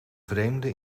vreemde